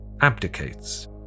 abdicates